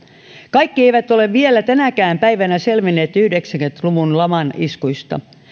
kaikki eivät ole vielä tänäkään päivänä selvinneet yhdeksänkymmentä luvun laman iskuista